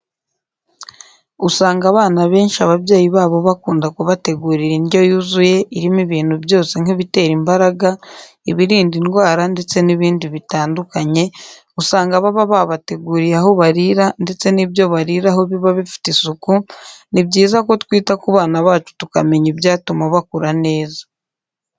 Usanga abana benshi ababyeyi babo bakunda kubategurira indyo yuzuye irimo ibintu byose nk'ibitera imbaraga, ibirinda indwara ndetse n'ibindi bitandukanye, usanga baba babateguriye aho barira ndetse n'ibyo bariraho biba bifite isuku, ni byiza ko twita ku bana bacu tukamenya ibyatuma bakura neza.